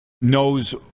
knows